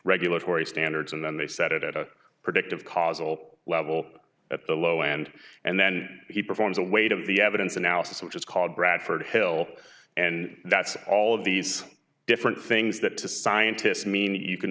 regulatory standards and then they set it at a predictive causal level at the low end and then he performs the weight of the evidence analysis which is called bradford hill and that's all of these different things that to scientists mean you can